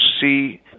see